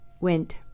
went